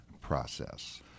process